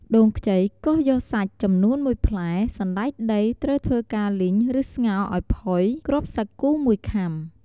ដូងខ្ចីកោសយកសាច់ ចំនួន ១ ផ្លែ, សណ្ដែកដី ត្រូវធ្វើការលីង ឬស្ងោរឱ្យផុយ, គ្រាប់សាគូ ១ ខាំ ។